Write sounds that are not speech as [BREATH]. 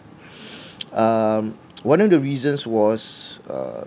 [BREATH] um one of the reasons was uh